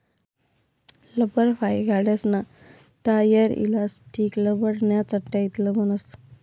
लब्बरफाइ गाड्यासना tyre, elastic, लब्बरन्या चटया इतलं बनस